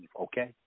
Okay